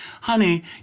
honey